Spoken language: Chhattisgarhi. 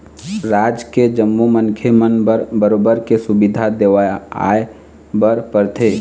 राज के जम्मो मनखे मन बर बरोबर के सुबिधा देवाय बर परथे